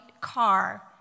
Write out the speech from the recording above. car